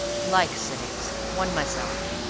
like cynics. one myself.